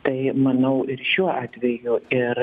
tai manau ir šiuo atveju ir